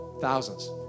thousands